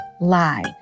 lie